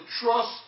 trust